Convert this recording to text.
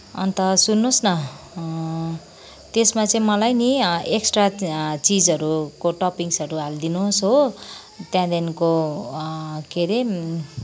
अन्त सुन्नुहोस् न त्यसमा चाहिँ मलाई नि एक्सट्रा चिजहरूको टपिङ्सहरू हाल्दिनुहोस् हो त्यहाँदेखिको के अरे